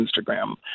Instagram